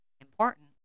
important